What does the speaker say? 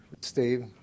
Steve